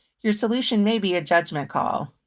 your solution may be a judgment call.